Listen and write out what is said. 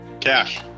Cash